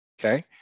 okay